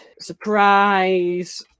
surprise